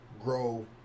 grow